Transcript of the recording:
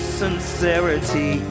sincerity